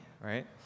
right